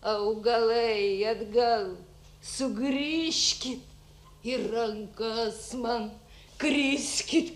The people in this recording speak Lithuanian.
augalai atgal sugrįžkit į rankas man kriskit